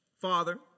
father